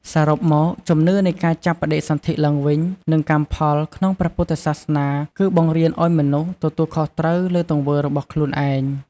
សរុបមក ជំនឿនៃការចាប់បដិសន្ធិឡើងវិញ និងកម្មផលក្នុងព្រះពុទ្ធសាសនា គឺបង្រៀនឲ្យមនុស្សទទួលខុសត្រូវលើទង្វើរបស់ខ្លួនឯង។